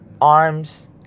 arms